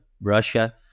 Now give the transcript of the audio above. Russia